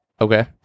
okay